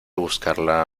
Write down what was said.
buscarla